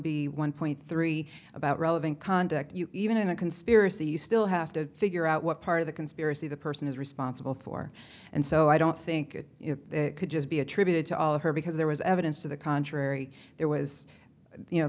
b one point three about relevant conduct even in a conspiracy you still have to figure out what part of the conspiracy the person is responsible for and so i don't think it could just be attributed to all of her because there was evidence to the contrary there was you